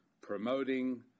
promoting